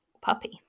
puppy